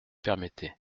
permettez